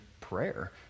prayer